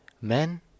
Men